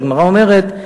הגמרא אומרת: